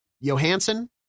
Johansson